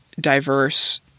diverse